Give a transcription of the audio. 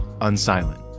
unsilent